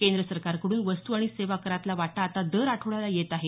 केंद्र सरकारकड्रन वस्तू आणि सेवा करातला वाटा आता दर आठवड्याला येत आहे